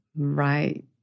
Right